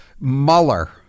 Mueller